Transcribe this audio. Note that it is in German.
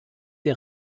der